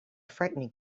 frightening